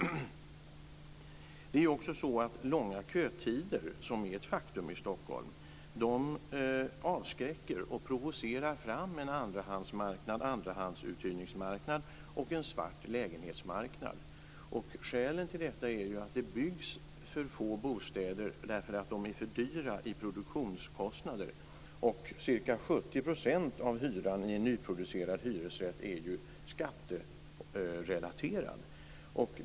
Långa kötider, som är ett faktum i Stockholm, avskräcker samtidigt som de provocerar fram en andrahandsuthyrningsmarknad och en svart lägenhetsmarknad. Skälet till detta är att det byggs för få bostäder därför att produktionskostnaden är för hög. Ca 70 % av hyran för en nyproducerad hyresrätt är ju skatterelaterat.